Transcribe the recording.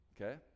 okay